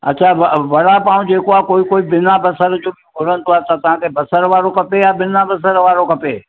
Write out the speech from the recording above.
अच्छा व वड़ापाव जेको आहे कोई कोई बिना बसर जो बि घुरंदो आहे त तव्हंखे बसरु वारो खपे या बिना बसरु वारो खपे